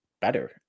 better